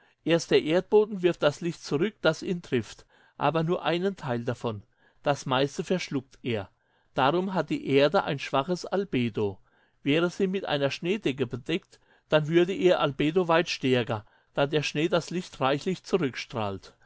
erst der erdboden wirft das licht zurück das ihn trifft aber nur einen teil davon das meiste verschluckt er darum hat die erde ein schwaches albedo wäre sie mit einer schneedecke bedeckt dann würde ihr albedo weit stärker da der schnee das licht reichlich